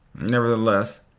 Nevertheless